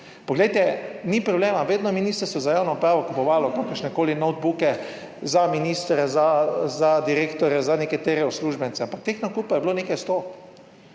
Poglejte, ni problema, vedno je Ministrstvo za javno upravo kupovalo kakršnekoli notbuke za ministre, za direktorje, za nekatere uslužbence, ampak teh nakupov je bilo nekaj sto.